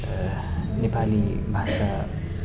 नेपाली भाषा